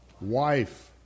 Wife